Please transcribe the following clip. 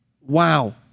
Wow